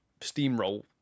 steamroll